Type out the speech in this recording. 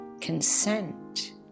consent